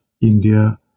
India